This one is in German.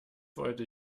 wollte